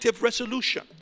resolution